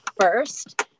first